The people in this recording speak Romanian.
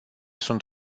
sunt